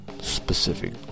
specific